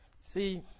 see